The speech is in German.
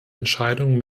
entscheidung